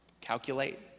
calculate